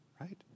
right